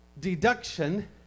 deduction